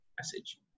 message